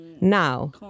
Now